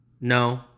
No